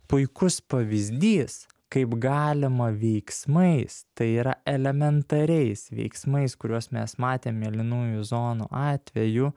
puikus pavyzdys kaip galima veiksmais tai yra elementariais veiksmais kuriuos mes matėm mėlynųjų zonų atveju